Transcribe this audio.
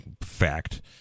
fact